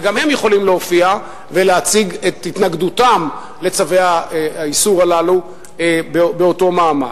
וגם הם יכולים להופיע ולהציג את התנגדותם לצווי האיסור הללו באותו מעמד.